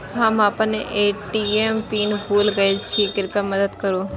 हम आपन ATM PIN भूल गईल छी, कृपया मदद करू